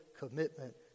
commitment